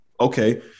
okay